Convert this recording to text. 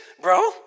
bro